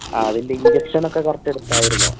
ആ അതിൻ്റെ ഇൻജക്ഷനൊക്കെ കറക്റ്റെടുത്തായിരുന്നോ